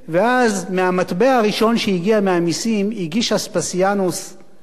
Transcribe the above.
מהמטבע הראשון שהגיע מהמסים הגיש אספסיאנוס לטיטוס